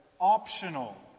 optional